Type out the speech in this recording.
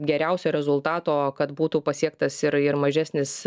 geriausio rezultato kad būtų pasiektas ir ir mažesnis